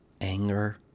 anger